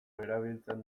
erabiltzen